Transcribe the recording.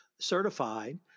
certified